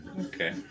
okay